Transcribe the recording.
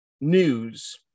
news